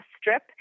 strip